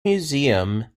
museum